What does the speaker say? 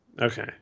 Okay